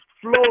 flow